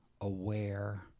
aware